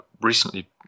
recently